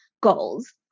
goals